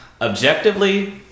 Objectively